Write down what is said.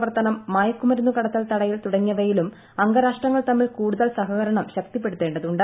പ്രവർത്തനം മയക്കുമരുന്ന് കടത്തൽ തടയൽ തുടങ്ങിയവയിലും അംഗരാഷ്ട്രങ്ങൾ തമ്മിൽ കൂടുതൽ സഹകരണം ശക്തിപ്പെടുത്തേണ്ടതുണ്ട്